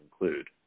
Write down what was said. include